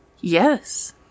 Yes